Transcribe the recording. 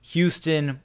Houston